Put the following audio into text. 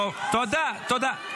תודה.